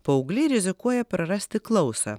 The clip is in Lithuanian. paaugliai rizikuoja prarasti klausą